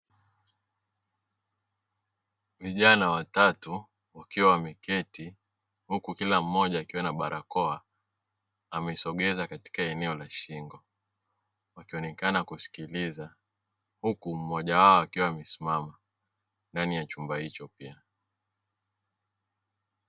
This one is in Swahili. Vijana watatu wakiwa wameketi huku kila mmoja akiwa na barakoa, amesogeza katika eneo la shingo wakionekana kusikiliza huku mmoja wao akiwa amesimama ndani ya chumba hicho pia.